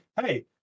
hey